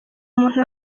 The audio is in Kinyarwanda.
umuntu